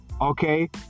okay